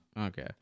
Okay